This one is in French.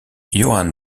johann